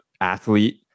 athlete